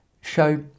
show